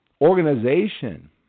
organization